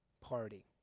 party